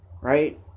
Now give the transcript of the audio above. right